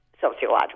sociological